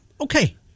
Okay